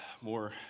more